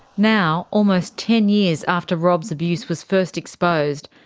now, almost ten years after rob's abuse was first exposed,